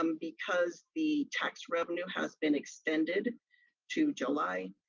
um because the tax revenue has been extended to july,